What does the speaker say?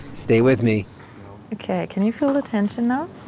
stay with me ok. can you feel the tension now?